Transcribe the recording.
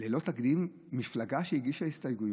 ללא תקדים, מפלגה שהגישה הסתייגויות,